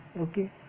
okay